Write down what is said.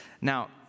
Now